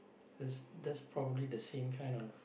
that's that's probably the same kind of